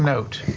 note.